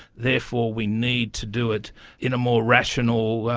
therefore we need to do it in a more rational,